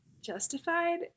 justified